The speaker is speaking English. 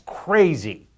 crazy